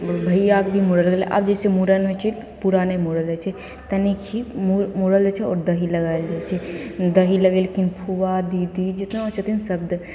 भइआके भी मूड़ल गेलै आब जइसे मूड़न होइ छै पूरा नहि मूड़ल जाइ छै तनिक ही मूड़ मूड़ल जाइ छै आओर दही लगाएल जाइ छै दही लगेलखिन फुआ दीदी जतना छथिन सभ द